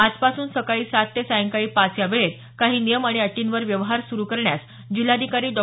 आजपासून सकाळी सात ते सायंकाळी पाच या वेळेत काही नियम आणि अटींवर व्यवहार सुरू करण्यास जिल्हाधिकारी डॉ